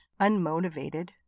unmotivated